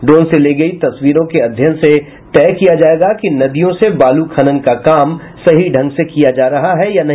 drone से ली गयी तस्वीरों के अध्ययन से तय किया जायेगा कि नदियों से बालू खनन का काम सही ढ़ग से किया जा रहा है या नहीं